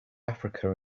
africa